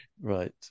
right